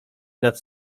nad